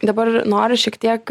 dabar noriu šiek tiek